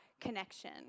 connection